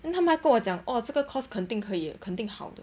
then 他们还跟我讲哦这个 course 肯定可以的肯定好的